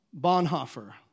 Bonhoeffer